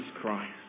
Christ